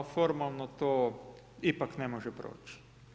Eh, formalno to ipak ne može proći.